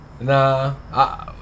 Nah